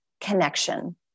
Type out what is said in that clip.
connection